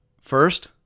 First